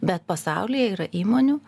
bet pasaulyje yra įmonių